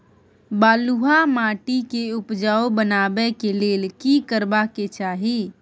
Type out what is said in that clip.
बालुहा माटी के उपजाउ बनाबै के लेल की करबा के चाही?